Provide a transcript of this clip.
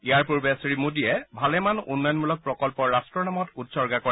ইয়াৰ পূৰ্বে শ্ৰীমোদীযে ভালেমান উন্নয়নমূলক প্ৰকল্প ৰাষ্ট্ৰৰ নামত উৎসৰ্গা কৰে